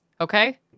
okay